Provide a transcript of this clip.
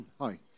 Hi